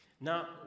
Now